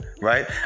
Right